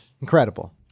Incredible